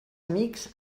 amics